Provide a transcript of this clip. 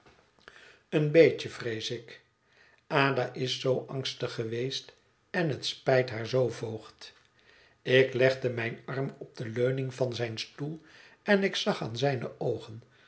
een beetje vrees ik ada is zoo angstig geweest en het spijt haar zoo voogd ik legde mijn arm op de leuning van zijn stoel en ik zag aan zijne oogen